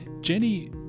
Jenny